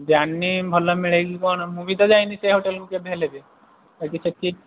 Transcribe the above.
ଜାଣିନି ଭଲ ମିଳେ କି କ'ଣ ମୁଁ ବି ତ ଯାଇନି ସେ ହୋଟେଲ୍କୁ କେବେ ହେଲେ ବି ବାକି ସେଠି